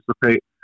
participate